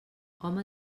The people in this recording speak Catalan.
home